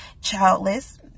childless